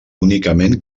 únicament